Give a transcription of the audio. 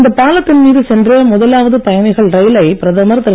இந்த பாலத்தின் மீது சென்ற முதலாவது பயணிகள் ரயிலை பிரதமர் திரு